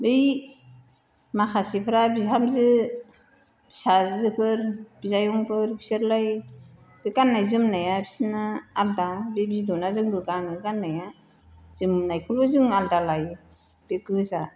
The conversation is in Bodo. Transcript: बै माखासेफ्रा बिहामजो फिसाजोफोर बियायंफोर बिसोरलाय गान्नाय जोमनाया बिसोरना आलादा बे बिदना जोंबो गानो गान्नाया जोमनायखौल' जों आलादा लायो बे गोजा